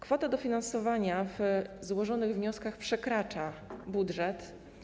Kwota dofinansowania w złożonych wnioskach przekracza budżet.